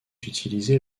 utilisé